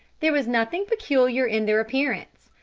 there was nothing peculiar in their appearance.